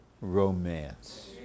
Romance